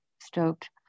stoked